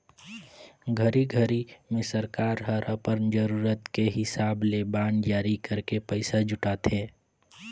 घरी घरी मे सरकार हर अपन जरूरत के हिसाब ले बांड जारी करके पइसा जुटाथे